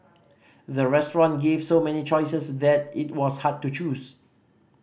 the restaurant gave so many choices that it was hard to choose